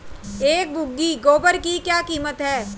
एक बोगी गोबर की क्या कीमत है?